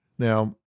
Now